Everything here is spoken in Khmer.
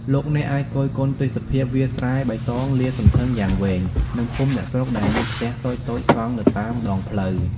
លោកអ្នកអាចគយគន់ទេសភាពវាលស្រែបៃតងលាតសន្ធឹងយ៉ាងវែង និងភូមិអ្នកស្រុកដែលមានផ្ទះតូចៗសង់នៅតាមដងផ្លូវ។